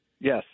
Yes